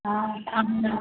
हँ हमरा